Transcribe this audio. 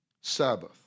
Sabbath